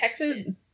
texted